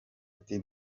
ati